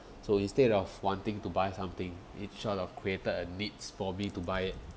so instead of wanting to buy something it sort of created a needs for me to buy it